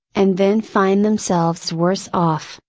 and then find themselves worse off,